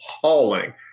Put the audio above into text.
hauling